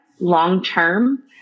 long-term